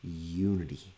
unity